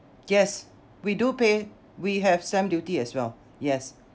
yes we do pay we have stamp duty as well yes